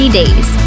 days